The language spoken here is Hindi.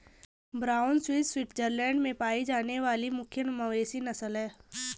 ब्राउन स्विस स्विट्जरलैंड में पाई जाने वाली मुख्य मवेशी नस्ल है